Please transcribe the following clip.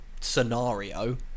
scenario